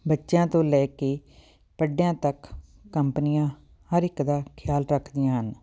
ਬੱਚਿਆਂ ਤੋਂ ਲੈ ਕੇ ਵੱਡਿਆਂ ਤੱਕ ਕੰਪਨੀਆਂ ਹਰ ਇੱਕ ਦਾ ਖਿਆਲ ਰੱਖਦੀਆਂ ਹਨ